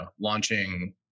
launching